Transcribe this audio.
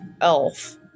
elf